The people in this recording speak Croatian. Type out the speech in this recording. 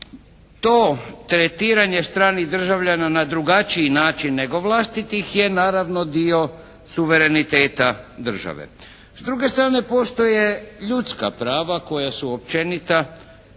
To tretiranje stranih državljana na drugačiji način nego vlastitih je naravno dio suvereniteta države. S druge strane postoje ljudska prava koja su općenita,